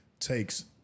takes